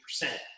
percent